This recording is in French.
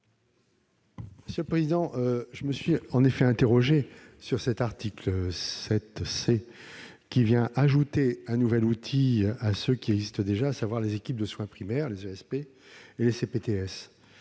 commission ? Je me suis en effet interrogé sur cet article 7 C, qui vient ajouter un nouvel outil à ceux qui existent déjà, à savoir les équipes de soins primaires, les ESP, et les